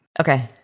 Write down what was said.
Okay